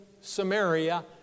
Samaria